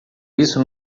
isso